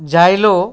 জাইল'